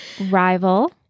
rival